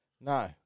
No